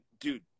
dude